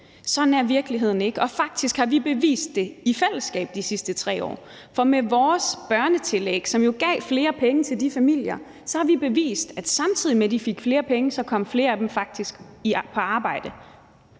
Sådan er virkeligheden ikke, og faktisk har vi bevist det i fællesskab de sidste 3 år, for med vores børnetillæg, som jo gav flere penge til de familier, har vi bevist, at samtidig med at de fik flere penge, kom flere af dem faktisk på arbejde.